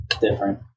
different